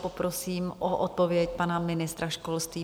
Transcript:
Poprosím o odpověď pana ministra školství.